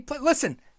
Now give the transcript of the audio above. Listen